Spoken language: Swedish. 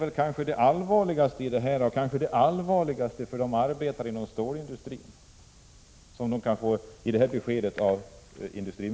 Detta besked från industriministern är kanske det allvarligaste som hänt för de arbetande inom stålindustrin.